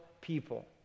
people